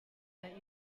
that